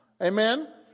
Amen